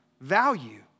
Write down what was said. value